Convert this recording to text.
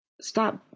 Stop